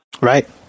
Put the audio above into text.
Right